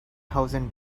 thousand